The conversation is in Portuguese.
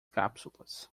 cápsulas